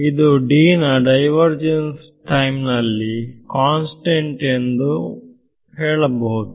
ಇದು D ನ divergence ಟೈಮ್ನಲ್ಲಿ ಕಾನ್ಸ್ಟೆಂಟ್ ಎಂದು ಹೇಳುತ್ತದೆ